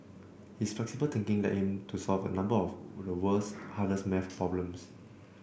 his flexible thinking led him to solve a number of the world's hardest maths problems